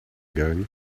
going